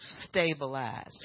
stabilized